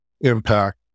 impact